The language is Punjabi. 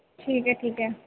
ਠੀਕ ਹੈ ਠੀਕ ਹੈ